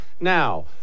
Now